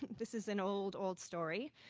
this is an old, old story.